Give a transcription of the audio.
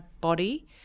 body